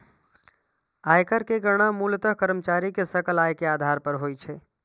आयकर के गणना मूलतः कर्मचारी के सकल आय के आधार पर होइ छै